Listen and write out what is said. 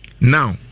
now